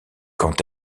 quant